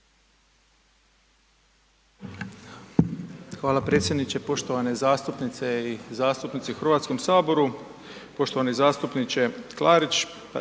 predsjedniče, poštovane zastupnice u Hrvatskom saboru, poštovani zastupnici,